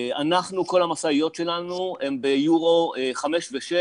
אנחנו כל המשאיות שלנו הן ביורו 5 ו-6,